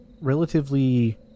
Relatively